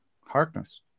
Harkness